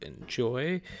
enjoy